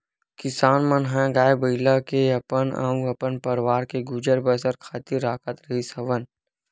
किसान मन ह गाय, बइला ल अपन अउ अपन परवार के गुजर बसर खातिर राखत रिहिस हवन